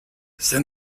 send